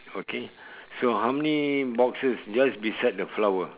okay so how many boxes just beside the flower